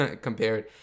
compared